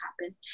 happen